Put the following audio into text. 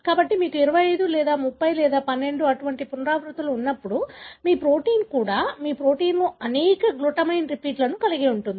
కాబట్టి మీకు 25 లేదా 30 లేదా 12 అటువంటి పునరావృత్తులు ఉన్నప్పుడు మీ ప్రోటీన్ కూడా మీ ప్రోటీన్లో అనేక గ్లూటామైన్ రిపీట్లను కలిగి ఉంటుంది